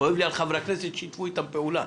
כואב לי על חברי הכנסת ששיתפו איתה פעולה.